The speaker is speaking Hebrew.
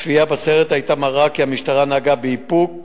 צפייה בסרט היתה מראה כי המשטרה נהגה באיפוק,